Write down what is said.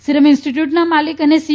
serum ઇન્સ્ટીટય્ટના માલિક અને સી